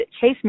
Chase